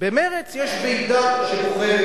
במרצ יש ועידה שבוחרת